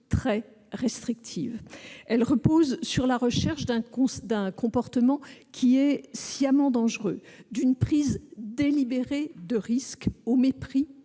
très restrictives. Elles reposent sur la recherche d'un comportement sciemment dangereux, d'une prise délibérée de risque, au mépris